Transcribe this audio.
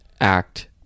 act